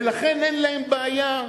"ולכן אין להם בעיה".